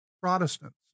Protestants